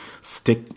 stick